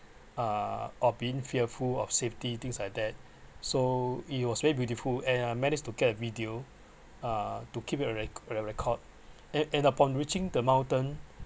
uh or being fearful of safety things like that so it was very beautiful and I managed to get a video uh to keep it a re~ a record and and upon reaching the mountain